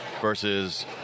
versus